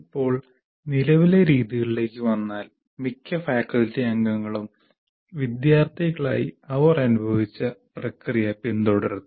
ഇപ്പോൾ നിലവിലെ രീതികളിലേക്ക് വന്നാൽ മിക്ക ഫാക്കൽറ്റി അംഗങ്ങളും വിദ്യാർത്ഥികളായി അവർ അനുഭവിച്ച പ്രക്രിയ പിന്തുടരുന്നു